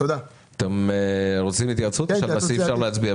אתם רוצים התייעצות או שאפשר להצביע על הסעיף?